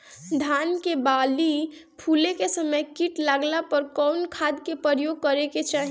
धान के बाली फूटे के समय कीट लागला पर कउन खाद क प्रयोग करे के चाही?